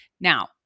Now